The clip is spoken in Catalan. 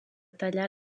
tallar